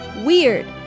weird